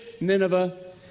Nineveh